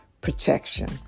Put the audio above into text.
protection